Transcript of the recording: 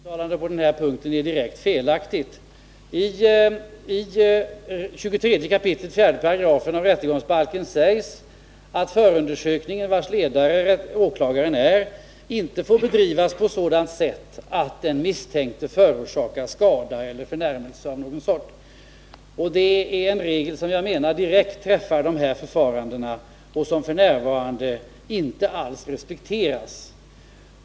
Herr talman! Jag hävdar att justitieministerns uttalande på den här punkten är direkt felaktigt. I 23 kap. 4§ rättegångsbalken sägs att förundersökningen, vars ledare åklagaren är, inte får bedrivas på sådant sätt att den misstänkte förorsakas skada eller förnärmelse av något slag. Det är en regel som jag menar direkt träffar dessa förfaranden och som f. n. inte alls respekteras.